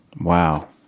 Wow